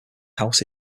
house